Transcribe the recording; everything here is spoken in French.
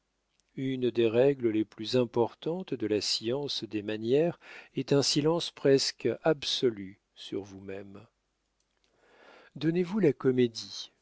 une des règles les plus importantes de la science des manières est un silence presque absolu sur vous-même donnez-vous la comédie